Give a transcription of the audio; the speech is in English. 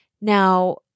Now